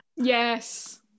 Yes